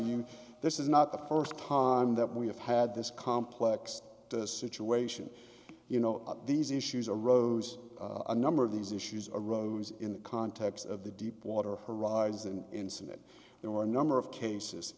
you this is not the first time that we have had this complex situation you know these issues arose a number of these issues arose in the context of the deepwater horizon incident there were a number of cases